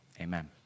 amen